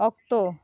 ᱚᱠᱛᱚ